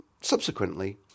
subsequently